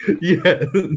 Yes